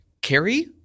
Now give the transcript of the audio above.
Carrie